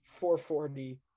440